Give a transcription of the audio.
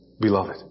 beloved